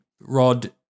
Rod